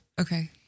Okay